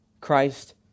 Christ